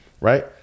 right